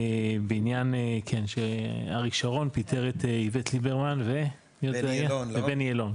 בעניין שאריק שרון פיטר את איווט ליברמן ובני אלון,